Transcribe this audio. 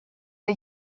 der